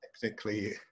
technically